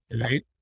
Right